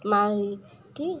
ମା' କି